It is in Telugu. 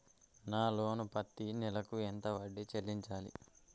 నా లోను పత్తి నెల కు ఎంత వడ్డీ చెల్లించాలి?